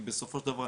כי בסופו של דבר,